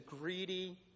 greedy